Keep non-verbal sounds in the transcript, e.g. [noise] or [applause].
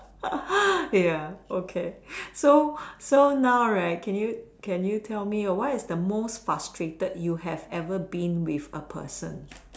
[laughs] ya okay so so now right can you can you tell me what is the most frustrated you have ever been with a person